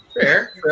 fair